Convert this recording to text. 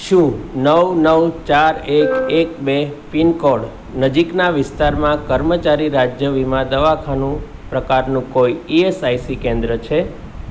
શું નવ નવ ચાર એક એક બે પિનકોડ નજીકના વિસ્તારમાં કર્મચારી રાજ્ય વીમા દવાખાનું પ્રકારનું કોઈ ઇએસઆઇસી કેન્દ્ર છે